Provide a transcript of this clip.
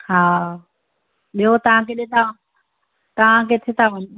हा ॿियो तव्हां किथे था तव्हां किथे था वञो